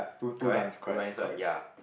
correct two lines right ya